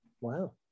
Wow